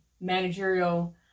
managerial